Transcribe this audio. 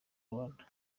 rwanda